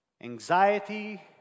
anxiety